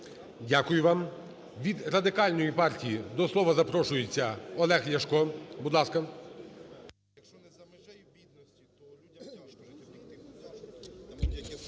Дякую вам. Від Радикальної партії до слова запрошується Олег Ляшко, будь ласка.